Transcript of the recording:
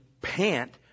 pant